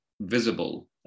visible